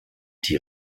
die